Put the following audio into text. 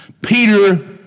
Peter